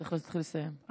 צריך להתחיל לסיים.